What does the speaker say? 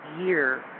year